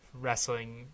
wrestling